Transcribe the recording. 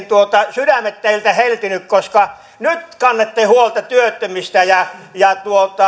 sydämet teiltä heltyneet koska nyt kannatte huolta työttömistä ja ja